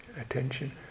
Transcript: attention